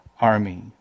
Army